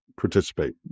participate